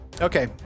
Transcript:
Okay